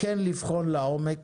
כן לבחון לעומק